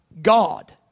God